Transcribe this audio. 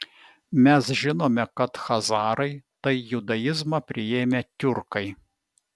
mes žinome kad chazarai tai judaizmą priėmę tiurkai